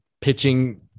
pitching